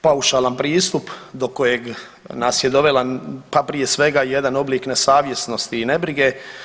Paušalan pristup do kojeg nas je dovela, pa prije svega jedan oblik nesavjesnosti i nebrige.